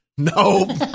No